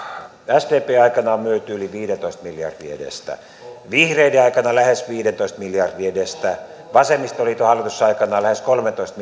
sdpn aikana on myyty yli viidentoista miljardin edestä vihreiden aikana lähes viidentoista miljardin edestä vasemmistoliiton hallitusaikana lähes kolmentoista